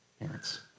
parents